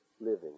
living